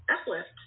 uplift